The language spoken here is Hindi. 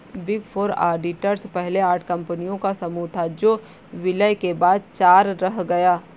बिग फोर ऑडिटर्स पहले आठ कंपनियों का समूह था जो विलय के बाद चार रह गया